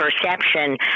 perception